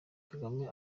kagame